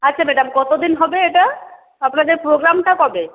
আচ্ছা ম্যাডাম কতদিন হবে এটা আপনাদের প্রোগ্রামটা কবে